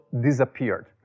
disappeared